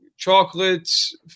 Chocolates